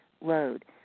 load